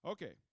Okay